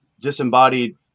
disembodied